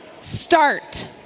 start